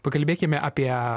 pakalbėkime apie